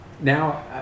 now